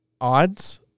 odds